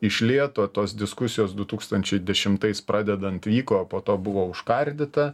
iš lėto tos diskusijos du tūkstančiai dešimtais pradedant vyko po to buvo užkardyta